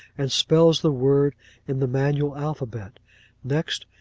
and spells the word in the manual alphabet next,